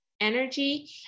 energy